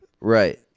Right